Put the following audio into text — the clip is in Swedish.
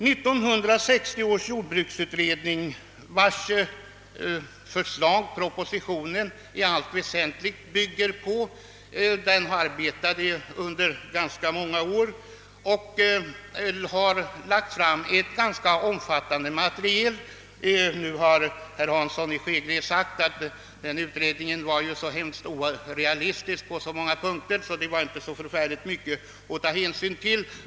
1960 års jordbruksutredning, på vars förslag den nu föreliggande propositionen i allt väsentligt bygger, arbetade under ganska många år och lade fram ett ganska omfattande material. Herr Hansson i Skegrie sade, att den utredningen var orealistisk på många punkter, att den inte var så mycket att ta hänsyn till.